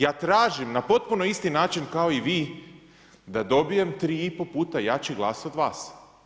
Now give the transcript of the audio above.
Ja tražim na potpuno isti način kao i vi da dobijem 3 i pol puta jači glas od vas.